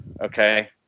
Okay